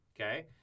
okay